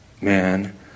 man